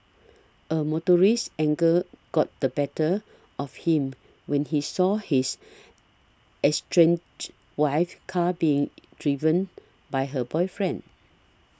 a motorist's anger got the better of him when he saw his estranged wife's car being driven by her boyfriend